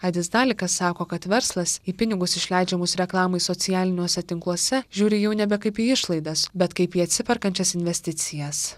aidis dalikas sako kad verslas į pinigus išleidžiamus reklamai socialiniuose tinkluose žiūri jau nebe kaip į išlaidas bet kaip į atsiperkančias investicijas